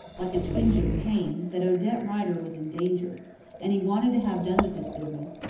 like a twinge of pain, that odette rider was in danger and he wanted to have done with this business,